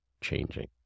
changing